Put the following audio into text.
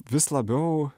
vis labiau